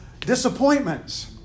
disappointments